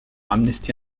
amnesty